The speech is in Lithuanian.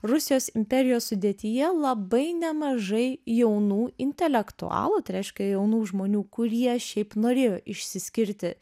rusijos imperijos sudėtyje labai nemažai jaunų intelektualų tai reiškia jaunų žmonių kurie šiaip norėjo išsiskirti